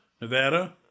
Nevada